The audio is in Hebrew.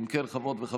(תיקון מס'